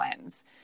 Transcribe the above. lens